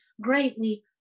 greatly